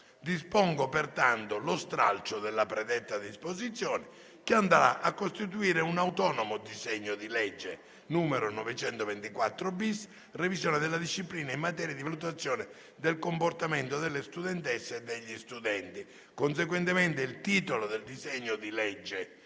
Dispongo pertanto lo stralcio della predetta disposizione che andrà a costituire un autonomo disegno di legge n. 924-*bis*: «Revisione della disciplina in materia di valutazione del comportamento delle studentesse e degli studenti». Conseguentemente, il titolo del disegno di legge